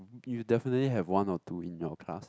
you definitely have one or two in your class